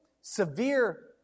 severe